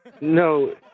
No